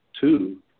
two